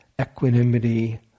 equanimity